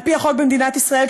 על-פי החוק במדינת ישראל,